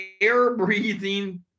air-breathing